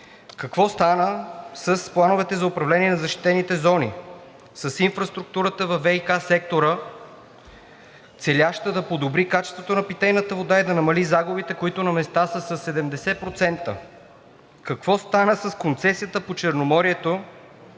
Какво стана с плановете за управление на защитените зони, с инфраструктурата във ВиК сектора, целяща да подобри качеството на питейната вода и да намали загубите, които на места са със 70%? Какво стана с концесията по Черноморието,